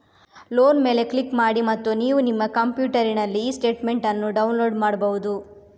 loan ಮೇಲೆ click ಮಾಡಿ ಮತ್ತು ನೀವು ನಿಮ್ಮ ಕಂಪ್ಯೂಟರಿನಲ್ಲಿ ಇ ಸ್ಟೇಟ್ಮೆಂಟ್ ಅನ್ನು ಡೌನ್ಲೋಡ್ ಮಾಡ್ಬಹುದು